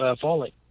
falling